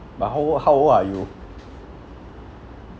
but how old how old are you